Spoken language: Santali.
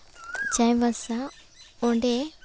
ᱪᱟᱸᱭᱵᱟᱥᱟ ᱚᱸᱰᱮ